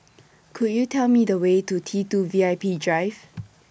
Could YOU Tell Me The Way to T two V I P Drive